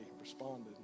responded